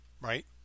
Right